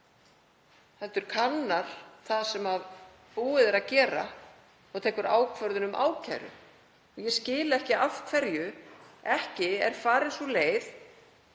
heldur kannar það sem búið er að gera og tekur ákvörðun um ákæru. Ég skil ekki af hverju ekki er farin sú leið